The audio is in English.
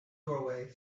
doorway